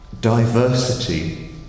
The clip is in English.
Diversity